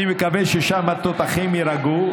אני מקווה ששם התותחים יירגעו,